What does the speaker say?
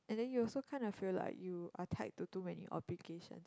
and then you also kind of feel like you are tied to too many obligations